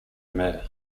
mayor